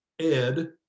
Ed